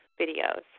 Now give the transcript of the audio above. videos